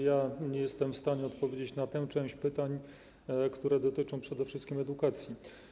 Ja jestem w stanie odpowiedzieć na tę część pytań, która dotyczy przede wszystkim edukacji.